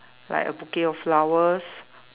like a bouquet of flowers